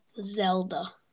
zelda